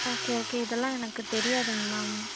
okay okay இதெல்லாம் எனக்கு தெரியாதுங்க மேம்